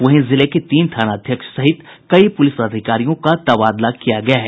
वहीं जिले के तीन थानाध्यक्ष सहित कई पुलिस अधिकारियों का तबादला किया गया है